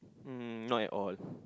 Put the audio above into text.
um not at all